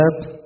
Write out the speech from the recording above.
up